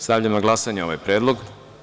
Stavljam na glasanje ovaj predlog.